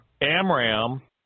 Amram